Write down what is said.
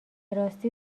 راستی